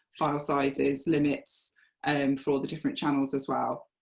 file sizes, limits and for all the different channels as well,